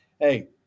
hey